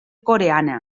coreana